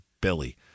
Billy